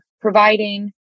providing